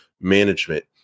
management